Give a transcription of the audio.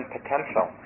Potential